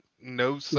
no